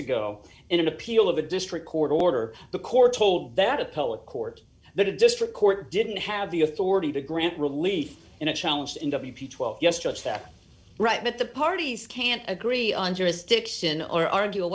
ago in an appeal of a district court order the corps told that appellate court the district court didn't have the authority to grant relief in a challenge to the twelve yes just that right but the parties can't agree on jurisdiction or argue a